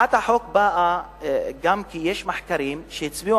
הצעת החוק באה גם מפני שיש מחקרים שהצביעו